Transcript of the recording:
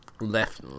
left